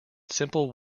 simple